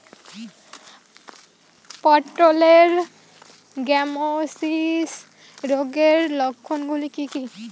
পটলের গ্যামোসিস রোগের লক্ষণগুলি কী কী?